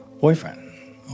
boyfriend